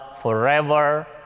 forever